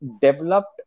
developed